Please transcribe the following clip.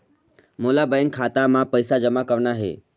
मोला बैंक खाता मां पइसा जमा करना हे?